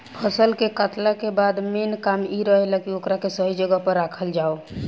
फसल के कातला के बाद मेन काम इ रहेला की ओकरा के सही जगह पर राखल जाव